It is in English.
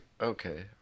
Okay